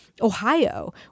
ohio